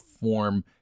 form